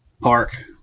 park